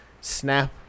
snap